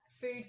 food